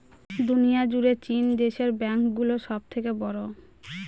দুনিয়া জুড়ে চীন দেশের ব্যাঙ্ক গুলো সব থেকে বড়ো